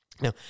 Now